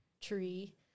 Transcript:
tree